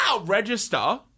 register